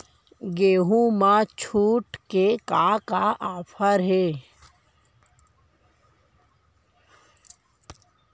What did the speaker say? गेहूँ मा छूट के का का ऑफ़र हे?